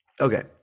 Okay